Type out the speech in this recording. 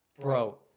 Bro